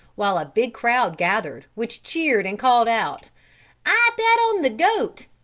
while a big crowd gathered, which cheered and called out i bet on the goat!